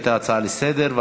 הייתה הצעה לסדר-היום,